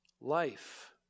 life